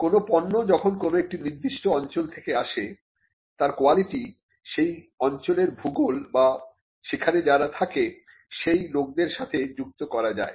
কোন পণ্য যখন কোন একটি নির্দিষ্ট অঞ্চল থেকে আসে তার কোয়ালিটি সেই অঞ্চলের ভূগোল বা সেখানে যারা থাকে সেই লোকদের সাথে যুক্ত করা যায়